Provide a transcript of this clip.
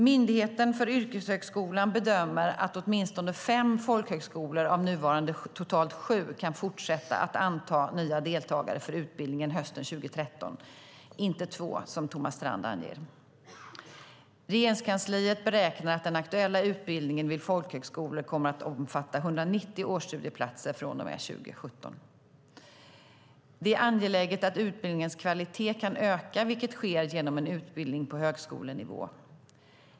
Myndigheten för yrkeshögskolan bedömer att åtminstone fem folkhögskolor av nuvarande totalt sju kan fortsätta att anta nya deltagare till utbildningen hösten 2013 - inte två, som Thomas Strand anger. Regeringskansliet beräknar att den aktuella utbildningen vid folkhögskolor kommer att omfatta 190 årsstudieplatser från och med 2017. Det är angeläget att utbildningens kvalitet kan öka, vilket sker genom en utbildning på högskolenivå.